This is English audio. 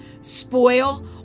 spoil